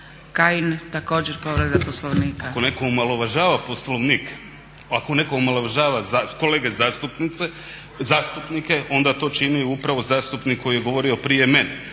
**Kajin, Damir (ID - DI)** Ako netko omalovažava Poslovnik, ako omalovažava kolege zastupnike onda to čini upravo zastupnik koji je govorio prije mene.